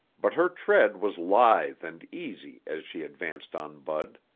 but her tread was lithe and easy as she advanced on bud.